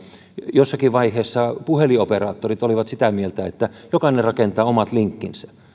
jossakin vaiheessa puhelinoperaattorit olivat sitä mieltä että jokainen rakentaa omat linkkinsä